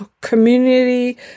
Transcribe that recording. community